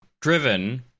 driven